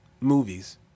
Movies